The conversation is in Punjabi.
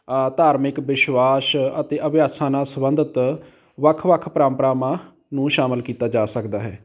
ਧਾਰਮਿਕ ਵਿਸ਼ਵਾਸ ਅਤੇ ਅਭਿਆਸਾਂ ਨਾਲ ਸੰਬੰਧਿਤ ਵੱਖ ਵੱਖ ਪਰੰਪਰਾਵਾਂ ਨੂੰ ਸ਼ਾਮਿਲ ਕੀਤਾ ਜਾ ਸਕਦਾ ਹੈ